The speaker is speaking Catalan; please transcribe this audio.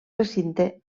recinte